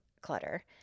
clutter